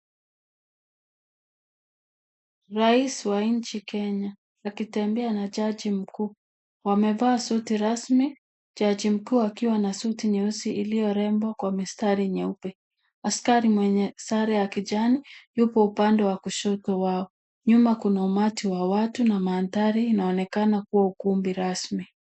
Rais wa nchi Kenya akitembea na jaji mkuu wamevaa suti rasmi jaji mkuu akiwa na suti nyeusi iliyo rembo kwa mistari nyeupe. Askari mwenye sare ya kijani yupo upande wa kushoto wao. Nyuma kuna umati wa watu na mandhari unaonekana kuwa ukumbi rasmi.